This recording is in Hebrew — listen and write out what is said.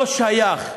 לא שייך,